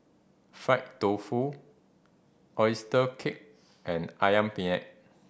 fried tofu oyster cake and Ayam Penyet